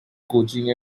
coaching